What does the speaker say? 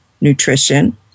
nutrition